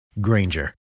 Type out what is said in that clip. Granger